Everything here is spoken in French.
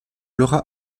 laura